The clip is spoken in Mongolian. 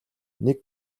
нэг